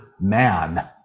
man